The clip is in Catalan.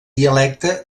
dialecte